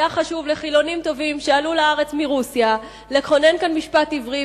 היה חשוב לחילונים טובים שעלו לארץ מרוסיה לכונן כאן משפט עברי,